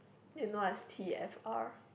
you know what's t_f_r